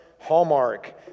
Hallmark